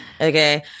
Okay